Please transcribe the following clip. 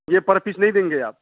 ये पर पीस नई देंगे आप